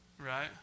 right